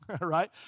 right